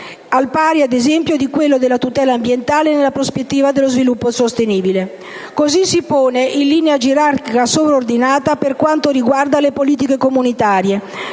al pari ad esempio di quello della tutela ambientale nella prospettiva dello sviluppo sostenibile. Così si pone in linea gerarchica sovraordinaria per quanto riguarda le politiche comunitarie,